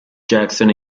jackson